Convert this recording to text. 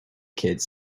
kids